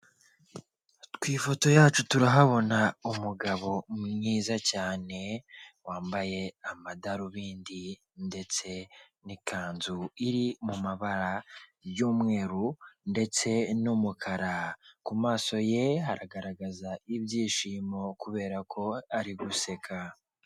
Ku ifoto yacu turahabona umugabo mwiza cyane, wambaye amadarubindi ndetse n'ikanzu iri mu mabara y'umweru ndetse n'umukara, ku maso ye haragaragaza ibyishimo kubera ko ari guseka.